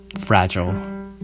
fragile